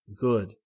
good